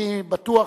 אני בטוח